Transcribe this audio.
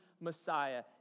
Messiah